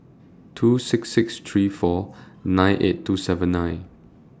two six six three four nine eight two seven nine